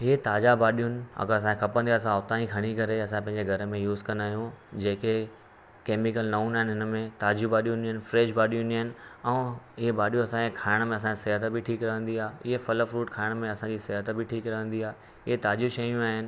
हीअं ताज़ा भाॼियुनि अगरि असांखे खपंदी असां हुतां ई खणी करे असांं पंहिंजे घर में यूस कंदा आहियूं जेके कैमिकल न हूंदा आहिनि हिन में ताज़ियूं भाॼियूं हूंदी आहिनि फ्रैश भाॼियूं ईंदी आहिनि ऐं इहे भाॼियूं असांखे खाइण में असांजे सिहत बि ठीकु रहंदी आहे इहे फल फ्रूट खाइण में असांजी सिहत बि ठीकु रहंदी आहे इहे ताज़ियूं शयूं आहिनि